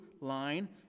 line